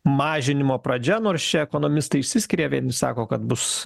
mažinimo pradžia nors čia ekonomistai išsiskiria vieni sako kad bus